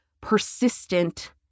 persistent